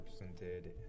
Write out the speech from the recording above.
represented